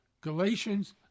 Galatians